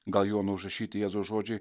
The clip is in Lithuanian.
gal jono užrašyti jėzaus žodžiai